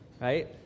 right